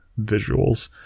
visuals